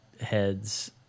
heads